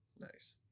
Nice